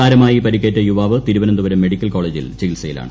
സാരമായി പരിക്കേറ്റ യുവാവ് തിരുവനന്തപുരം മെഡിക്കൽകോളേജിൽ ചികിൽസയിലാണ്